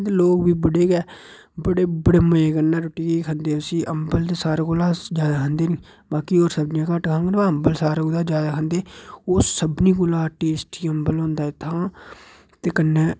ते लोक बी बड़े गै बड़े बड़े मज़े कन्नै रुट्टी खंदे उसी भी अम्बल ते सारें कोला जादै खंदे निं बाकी होर सब्जियां भामें घट्ट खाह्ङन पर अम्बल सारें कोला जादै खंदे ओह् सभनीं कोला टेस्टी अम्बल होंदा इत्थुआं ते कन्नै